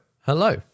Hello